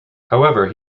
however